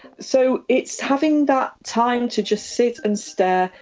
so it's having that time to just sit and stare.